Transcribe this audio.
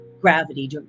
gravity